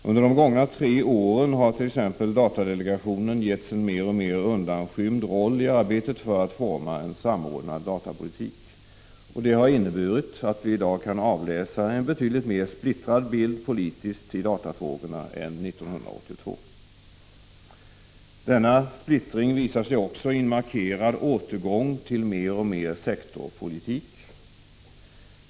Under de gångna tre åren har t.ex. datadelegationen givits en mer och mer undanskymd roll i arbetet för att forma en samordnad datapolitik. Det har inneburit att vi i dag kan avläsa en betydligt mer splittrad bild politiskt i datafrågorna än 1982. Denna splittring visar sig också i en markerad återgång till mer och mer sektorpolitik.